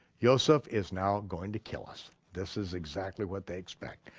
yoseph is now going to kill us, this is exactly what they expect.